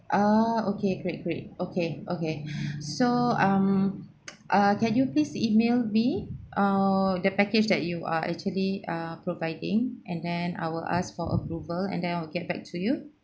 ah okay great great okay okay so um uh can you please email me err the package that you are actually uh providing and then I will ask for approval and then I'll get back to you